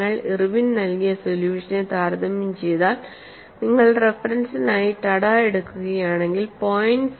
നിങ്ങൾ ഇർവിൻ നൽകിയ സൊല്യൂഷനെ താരതമ്യം ചെയ്താൽ നിങ്ങൾ റഫറൻസിനായി ടഡാ എടുക്കുകയാണെങ്കിൽ 0